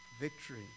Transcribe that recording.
victory